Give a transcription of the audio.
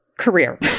career